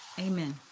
Amen